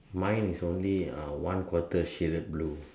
mine is only ah one quarter shaded blue